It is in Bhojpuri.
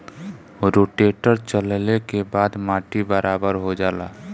रोटेटर चलले के बाद माटी बराबर हो जाला